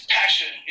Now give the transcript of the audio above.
passion